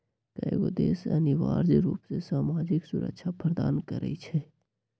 कयगो देश अनिवार्ज रूप से सामाजिक सुरक्षा प्रदान करई छै